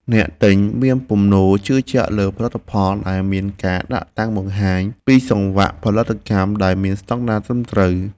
អ្នកទិញមានទំនោរជឿជាក់លើផលិតផលដែលមានការដាក់តាំងបង្ហាញពីសង្វាក់ផលិតកម្មដែលមានស្តង់ដារត្រឹមត្រូវ។